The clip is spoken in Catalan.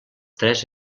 tres